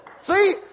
See